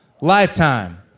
lifetime